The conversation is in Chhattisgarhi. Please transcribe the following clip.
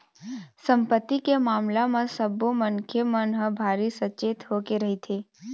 संपत्ति के मामला म सब्बो मनखे मन ह भारी सचेत होके रहिथे